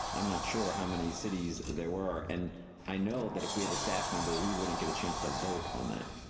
i'm not sure how many cities there were, and i know that if we had a staff member, we wouldn't get a chance to vote on that,